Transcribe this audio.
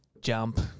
jump